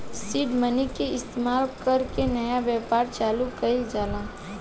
seed money के इस्तमाल कर के नया व्यापार चालू कइल जाला